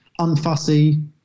unfussy